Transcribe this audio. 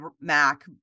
Mac